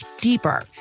deeper